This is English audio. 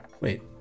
wait